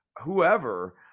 whoever